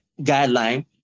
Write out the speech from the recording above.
guideline